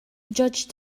judge